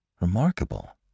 Remarkable